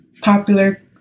Popular